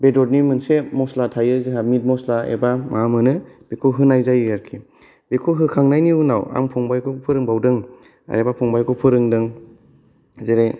बेदरनि मोनसे मसला थायो जोहा मिट मसला एबा माबा मोनो बेखौ होनाय जायो आरखि बेखौ होखांनायनि उनाव आं फंबायखौ फोरोंबावदों एबा फंबायखौ फोरोंदों जेरै